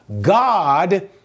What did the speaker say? God